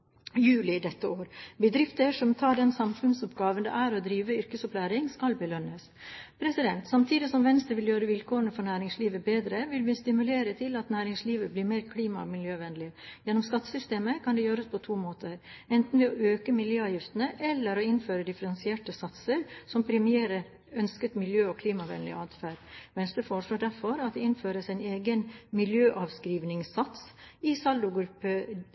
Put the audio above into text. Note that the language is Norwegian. juli d.å. Bedrifter som tar den samfunnsoppgaven det er å drive yrkesopplæring, skal belønnes. Samtidig som Venstre vil gjøre vilkårene for næringslivet bedre, vil vi stimulere til at næringslivet blir mer klima- og miljøvennlig. Gjennom skattesystemet kan det gjøres på to måter – enten ved å øke miljøavgiftene eller ved å innføre differensierte satser som premierer ønsket miljø- og klimavennlig atferd. Venstre foreslår derfor at det innføres en egen «miljøavskrivningssats» i saldogruppe